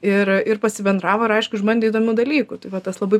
ir ir pasibendravo ir aišku išbandė įdomių dalykų tai va tas labai